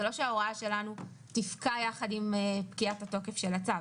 זה לא שההוראה שלנו תפקע יחד עם פקיעת התוקף של הצו.